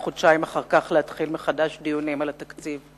וחודשיים אחר כך להתחיל מחדש דיונים על התקציב.